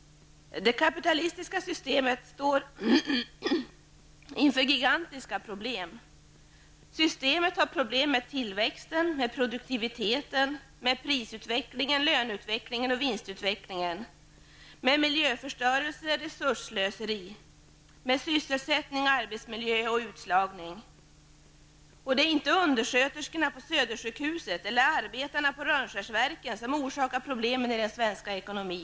Det kapitalistiska systemet står inför gigantiska problem. Systemet har problem med tillväxten och produktiviteten, pris-, löne och vinstutvecklingen, miljöförstörelse och resursslöseri, sysselsättning samt arbetsmiljö och utslagning. Det är inte undersköterskorna på Södersjukhuset eller arbetarna på Rönnskärsverken som orsakar problemen i den svenska ekonomin.